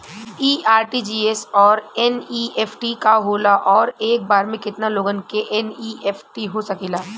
इ आर.टी.जी.एस और एन.ई.एफ.टी का होला और एक बार में केतना लोगन के एन.ई.एफ.टी हो सकेला?